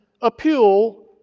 appeal